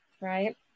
right